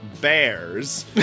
Bears